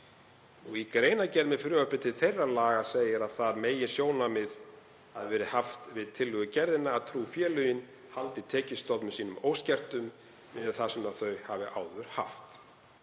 Í greinargerð með frumvarpi til þeirra laga segir að það meginsjónarmið hafi verið haft við tillögugerðina að trúfélögin haldi tekjustofnum sínum óskertum miðað við það sem þau hafi áður haft.